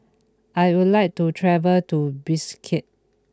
I would like to travel to Bishkek